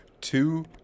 two